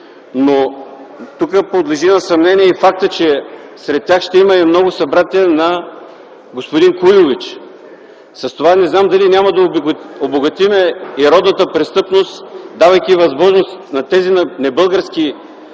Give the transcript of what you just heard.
но тук подлежи на съмнение и фактът, че сред тях ще има и много събратя на господин Куйович. С това не знам дали няма да обогатим и родната престъпност, давайки възможност на гражданите от небългарски